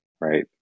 right